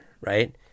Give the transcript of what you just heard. right